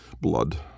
blood